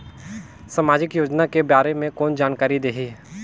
समाजिक योजना के बारे मे कोन जानकारी देही?